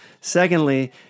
Secondly